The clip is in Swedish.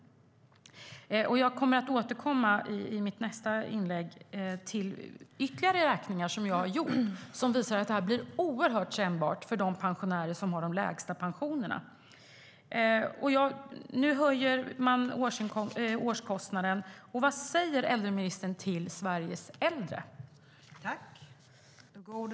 Jag kommer att återkomma i mitt nästa inlägg till ytterligare beräkningar som jag har gjort som visar att höjningen blir oerhört kännbar för pensionärerna med de lägsta pensionerna. Nu höjs årskostnaden. Vad säger äldreministern till Sveriges äldre?